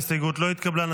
ההסתייגות לא התקבלה.